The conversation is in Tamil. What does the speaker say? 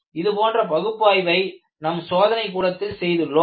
இதுபோன்ற பகுப்பாய்வை நம் சோதனை கூடத்தில் செய்துள்ளோம்